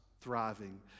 thriving